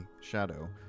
shadow